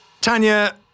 Tanya